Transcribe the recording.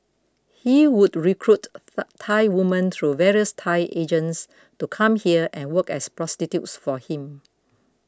he would recruit Thai women through various Thai agents to come here and work as prostitutes for him